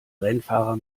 rennfahrer